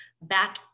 back